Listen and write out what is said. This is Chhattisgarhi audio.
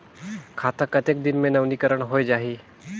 खाता कतेक दिन मे नवीनीकरण होए जाहि??